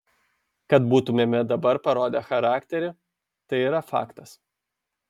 kad būtumėme dabar parodę charakterį tai yra faktas